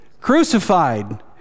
Crucified